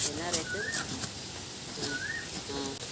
என்ன ரேட்டு ஆ ஆ